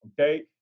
Okay